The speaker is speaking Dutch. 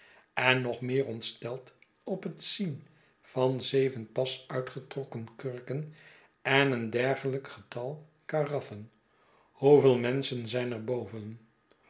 en nog meer ontsteld op het zien van zeven pas uitgetrokken kurken en een dergelijk getal karaffen hoeveel menschen zijn er boven